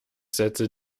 setze